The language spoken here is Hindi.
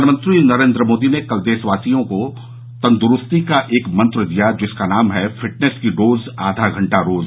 प्रधानमंत्री नरेन्द्र मोदी ने कल देशवासियों को तंदुरूस्ती का एक मंत्र दिया जिसका नाम है फिटनेस की डोज आधा घंटा रोज